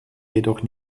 jedoch